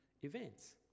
events